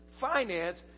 finance